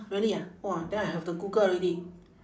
really ah !wah! then I have to google already